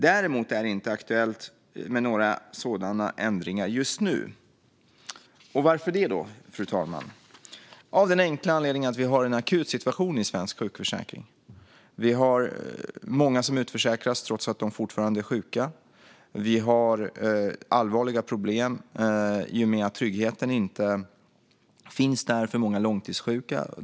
Däremot är det inte aktuellt med några sådana ändringar just nu. Varför det då, fru talman? Jo, av den enkla anledningen att vi har en akut situation i svensk sjukförsäkring. Vi har många som utförsäkras trots att de fortfarande är sjuka. Vi har allvarliga problem med att tryggheten inte finns där för många långtidssjuka.